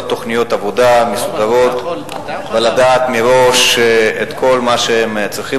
תוכניות עבודה מסודרות ולדעת מראש את כל מה שהם צריכים